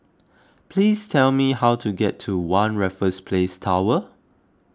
please tell me how to get to one Raffles Place Tower